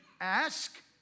ask